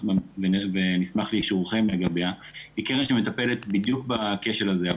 ונשמח לאישורכם לגביה היא קרן שמטפלת בדיוק בכשל הזה.